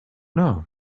know